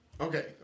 Okay